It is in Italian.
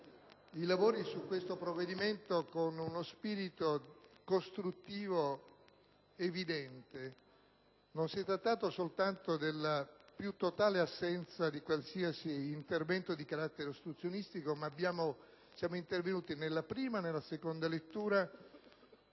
i lavori su questo provvedimento con uno spirito costruttivo evidente. Non si è trattato soltanto della più totale assenza di qualsiasi intervento di carattere ostruzionistico, ma siamo intervenuti nella prima e nella seconda lettura